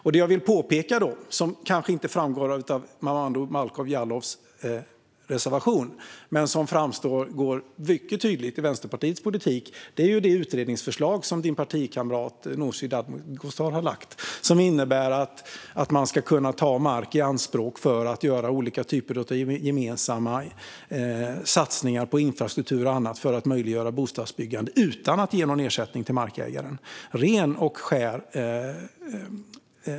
Vad jag vill lyfta fram, vilket kanske dock inte framgår av Momodou Malcolm Jallows reservation men som mycket tydligt framgår av Vänsterpartiets politik, är det utredningsförslag som hans partikamrat Nooshi Dadgostar har lagt fram. Det innebär att man ska kunna ta mark i anspråk för att göra olika gemensamma satsningar på infrastruktur och annat för att möjliggöra bostadsbyggande utan att ge någon ersättning till markägaren.